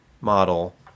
model